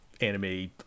anime